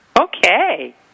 Okay